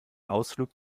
ausflug